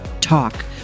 talk